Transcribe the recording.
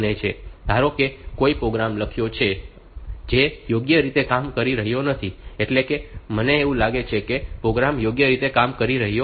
ધારો કે મેં કોઈ પ્રોગ્રામ લખ્યો છે જે યોગ્ય રીતે કામ કરી રહ્યો નથી એટલે કે મને એવું લાગે છે કે પ્રોગ્રામ યોગ્ય રીતે કામ કરી રહ્યો નથી